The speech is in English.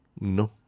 No